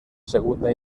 segunda